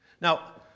Now